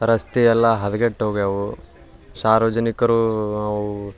ರಸ್ತೆಯೆಲ್ಲ ಹದ್ಗೆಟ್ಟು ಹೋಗ್ಯಾವೆ ಸಾರ್ವಜನಿಕರು ಅವು